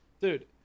Dude